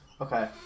Okay